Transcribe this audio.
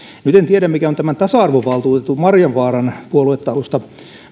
en tiedä mikä on tämän tasa arvovaltuutetun maarianvaaran puoluetausta